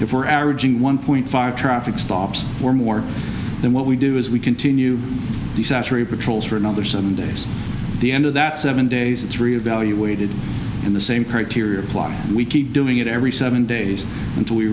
if we're averaging one point five traffic stops or more than what we do as we continue to saturate patrols for another seven days at the end of that seven days it's reevaluated and the same criteria apply we keep doing it every seven days until we